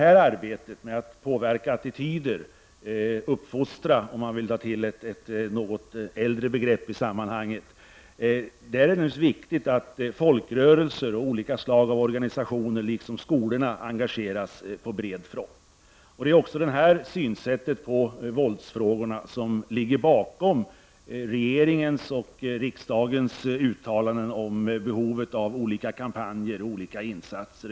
I arbetet med att påverka attityder — eller uppfostra, om man vill ta till ett något äldre begrepp i sammanhanget — är det naturligtvis viktigt att folkrörelser och olika slag av organisationer liksom skolorna engageras på bred front. Det är också detta synsätt när det gäller våldsfrågorna som ligger bakom regeringens och riksdagens uttalanden om behovet av olika kampanjer och olika insatser.